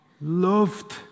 loved